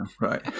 right